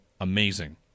Amazing